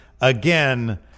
again